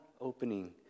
opening